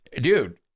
dude